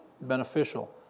beneficial